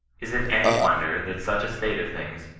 is it any wonder that such a state of things,